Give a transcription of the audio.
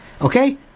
Okay